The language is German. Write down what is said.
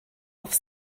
auf